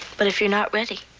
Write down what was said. but if you're not ready.